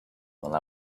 while